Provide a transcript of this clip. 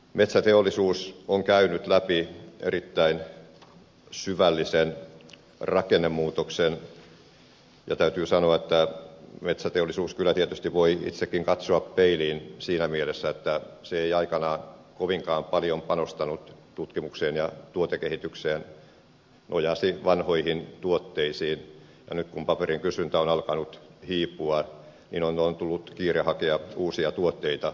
metsäteollisuus on käynyt läpi erittäin syvällisen rakennemuutoksen ja täytyy sanoa että metsäteollisuus kyllä tietysti voi itsekin katsoa peiliin siinä mielessä että se ei aikanaan kovinkaan paljon panostanut tutkimukseen ja tuotekehitykseen nojasi vanhoihin tuotteisiin ja nyt kun paperin kysyntä on alkanut hiipua on tullut kiire hakea uusia tuotteita